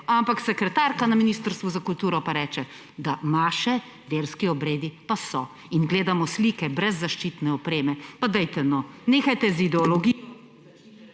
ampak sekretarka na Ministrstvu za kulturo pa reče, da maše, verski obredi pa so. In gledamo slike brez zaščitne opreme. Pa dajte no! Nehajte z ideologijo … /izklop